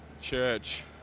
Church